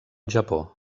japó